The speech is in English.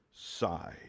side